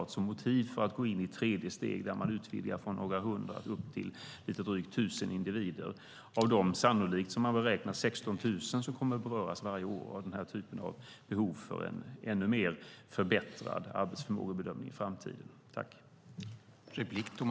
Det kan vara ett motiv för att gå in i ett tredje steg där man utvidgar från några hundra upp till lite drygt tusen individer av de beräknade 16 000 som i framtiden varje år kommer att beröras av den typen av förbättrad arbetsförmågebedömning.